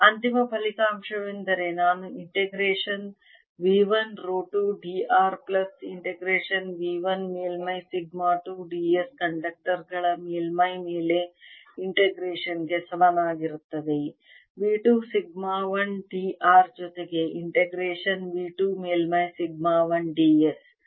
ಅಂತಿಮ ಫಲಿತಾಂಶವೆಂದರೆ ನಾನು ಇಂಟಿಗ್ರೇಶನ್ V 1 ರೋ 2 d r plus integration V 1 ಮೇಲ್ಮೈ ಸಿಗ್ಮಾ 2 d s ಕಂಡಕ್ಟರ್ ಗಳ ಮೇಲ್ಮೈ ಮೇಲೆ ಇಂಟಿಗ್ರೇಶನ್ ಗೆ ಸಮನಾಗಿರುತ್ತದೆ V 2 ಸಿಗ್ಮಾ 1 d r ಜೊತೆಗೆ ಇಂಟಿಗ್ರೇಶನ್ V 2 ಮೇಲ್ಮೈ ಸಿಗ್ಮಾ 1 d s